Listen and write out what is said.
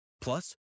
Plus